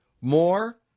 more